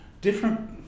different